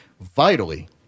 Vitally